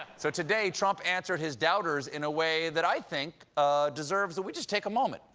so today, trump answered his doubters in a way that i think deserves but we just tack a moment.